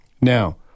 Now